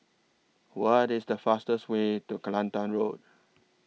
What IS The fastest Way to Kelantan Road